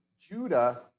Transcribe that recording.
Judah